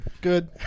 Good